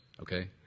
okay